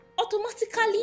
Automatically